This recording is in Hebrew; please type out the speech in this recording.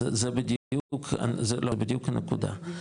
זו בדיוק הנקודה.